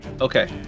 Okay